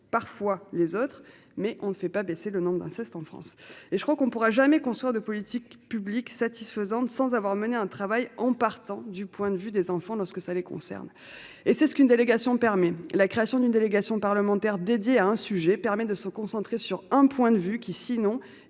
parfois les autres mais on ne fait pas baisser le nombre d'inceste en France et je crois qu'on pourra jamais construire de politiques publiques satisfaisante sans avoir mené un travail en partant du point de vue des enfants lorsque ça les concerne. Et c'est ce qu'une délégation permis la création d'une délégation parlementaire dédiée à un sujet permet de se concentrer sur un point de vue qui sinon